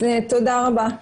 תודה רבה.